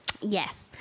Yes